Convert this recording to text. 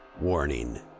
Warning